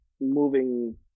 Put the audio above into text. moving